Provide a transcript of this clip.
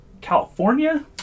California